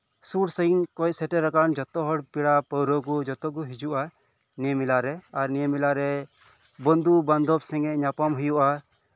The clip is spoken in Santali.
ᱥᱩᱨ ᱥᱟᱺᱜᱤᱧ ᱠᱷᱚᱱ ᱥᱮᱴᱮᱨᱟᱠᱟᱱ ᱡᱚᱛᱚ ᱦᱚᱲ ᱯᱮᱲᱟ ᱯᱟᱹᱲᱦᱟᱹ ᱠᱚ ᱡᱚᱛᱚ ᱠᱚ ᱦᱤᱡᱩᱜᱼᱟ ᱱᱤᱭᱟᱹ ᱢᱮᱞᱟᱨᱮ ᱟᱨ ᱱᱤᱭᱟᱹ ᱢᱮᱞᱟᱨᱮ ᱵᱚᱱᱫᱷᱩ ᱵᱟᱱᱫᱷᱚᱵ ᱥᱚᱜᱮ ᱧᱟᱯᱟᱢ ᱦᱩᱭᱩᱜᱼᱟ